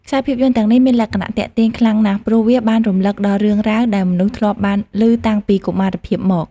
ខ្សែភាពយន្តទាំងនេះមានលក្ខណៈទាក់ទាញខ្លាំងណាស់ ព្រោះវាបានរំលឹកដល់រឿងរ៉ាវដែលមនុស្សធ្លាប់បានលឺតាំងពីកុមារភាពមក។